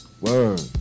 word